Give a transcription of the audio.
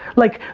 like,